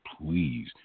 please